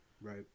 Right